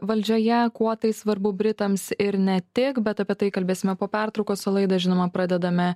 valdžioje kuo tai svarbu britams ir ne tik bet apie tai kalbėsime po pertraukos o laidą žinoma pradedame